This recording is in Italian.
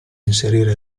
inserire